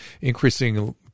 increasing